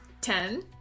Ten